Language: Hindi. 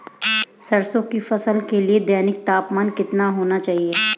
सरसों की फसल के लिए दैनिक तापमान कितना होना चाहिए?